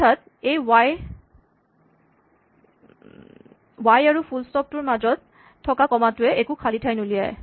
অৰ্থাৎ এই ৱাই আৰু ফুল স্টপ টোৰ মাজত থকা কমাটোৱে একো খালী ঠাই নুলিয়ায়